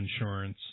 insurance